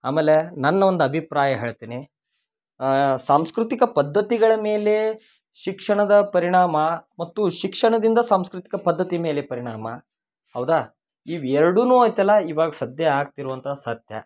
ಆಮೇಲೆ ನನ್ನ ಒಂದು ಅಭಿಪ್ರಾಯ ಹೇಳ್ತೀನಿ ಸಾಂಸ್ಕೃತಿಕ ಪದ್ಧತಿಗಳ ಮೇಲೆ ಶಿಕ್ಷಣದ ಪರಿಣಾಮ ಮತ್ತು ಶಿಕ್ಷಣದಿಂದ ಸಾಂಸ್ಕೃತಿಕ ಪದ್ಧತಿ ಮೇಲೆ ಪರಿಣಾಮ ಹೌದಾ ಇವು ಎರಡೂನು ಐತಲ್ಲ ಇವಾಗ ಸದ್ಯ ಆಗ್ತಿರುವಂಥ ಸತ್ಯ